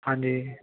ਹਾਂਜੀ